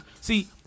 see